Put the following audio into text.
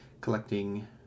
collecting